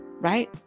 right